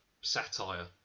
satire